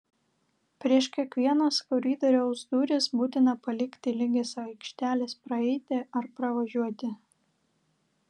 prieš kiekvienas koridoriaus duris būtina palikti lygias aikšteles praeiti ar pravažiuoti